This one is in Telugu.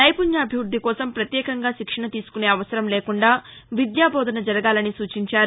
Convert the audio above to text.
నైపుణ్యాభివృద్దికోసం పత్యేకంగా శిక్షణ తీసుకునే అవసరం లేకుండా విద్యాబోధన జరగాలని సూచించారు